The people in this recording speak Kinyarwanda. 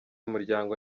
umuryango